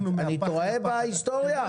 אני טועה בהיסטוריה?